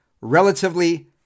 relatively